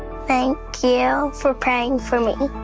thank you for praying for me.